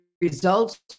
results